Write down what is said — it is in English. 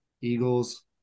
Eagles